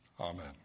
amen